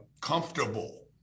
comfortable